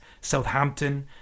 Southampton